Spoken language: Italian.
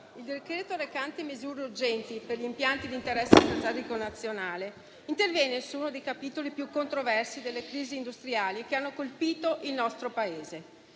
il decreto-legge recante misure urgenti per gli impianti di interesse strategico nazionale interviene su uno dei capitoli più controversi delle crisi industriali che hanno colpito il nostro Paese.